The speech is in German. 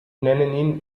nennen